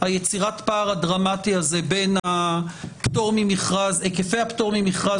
יצירת הפער הדרמטי הזה בין היקפי הפטור ממכרז